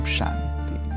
Shanti